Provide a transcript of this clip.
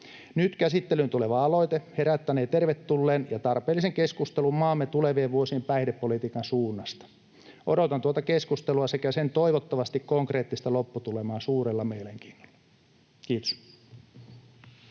Nyt käsittelyyn tuleva aloite herättänee tervetulleen ja tarpeellisen keskustelun maamme tulevien vuosien päihdepolitiikan suunnasta. Odotan tuota keskustelua sekä sen toivottavasti konkreettista lopputulemaa suurella mielenkiinnolla. — Kiitos.